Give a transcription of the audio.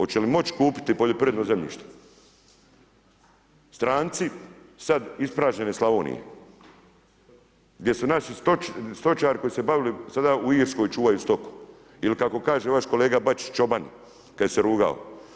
Oće li moć kupiti poljoprivredno zemljište stranci sad ispražnjene Slavonije, gdje su naši stočari koji su se bavili sada u Irskoj čuvaju stoku ili kako kaže vaš kolega Bačić čobani, kad im se rugao.